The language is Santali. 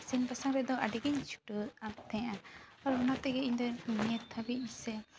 ᱤᱥᱤᱱ ᱵᱟᱥᱟᱝ ᱨᱮᱫᱚ ᱟᱹᱰᱤ ᱜᱤᱧ ᱪᱷᱩᱴᱟᱹᱣᱚᱜ ᱠᱟᱱ ᱛᱟᱦᱮᱸᱜᱼᱟ ᱟᱨ ᱚᱱᱟ ᱛᱮᱜᱮ ᱤᱧᱫᱚ ᱱᱤᱛ ᱫᱷᱟᱹᱵᱤᱡ ᱥᱮ